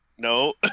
No